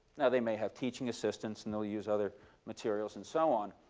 now they may have teaching assistants, and they'll use other materials and so on,